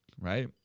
right